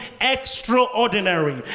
extraordinary